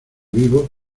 vivo